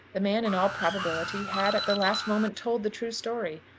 the man in all probability had at the last moment told the true story.